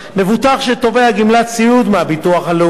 מבוטח שתובע גמלת סיעוד מהביטוח הלאומי